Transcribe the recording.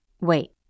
Wait